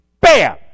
bam